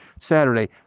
Saturday